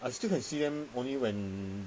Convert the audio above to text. I still can see them only when